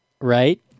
Right